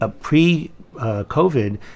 pre-COVID